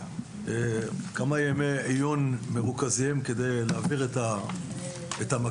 כמה ימי עיון מרוכזים כדי להעביר את המקל.